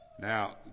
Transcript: Now